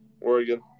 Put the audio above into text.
Oregon